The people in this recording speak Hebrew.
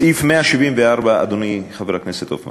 סעיף 174, אדוני חבר הכנסת הופמן,